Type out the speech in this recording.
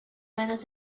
ruedas